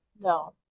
No